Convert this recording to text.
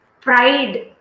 pride